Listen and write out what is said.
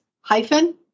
hyphen